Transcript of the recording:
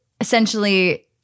essentially